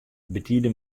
betide